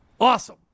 Awesome